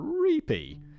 creepy